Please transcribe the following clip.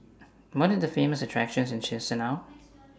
money The Famous attractions in Chisinau